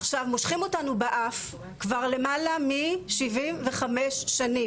עכשיו מושכים אותנו באף כבר למעלה מ- 75 שנים,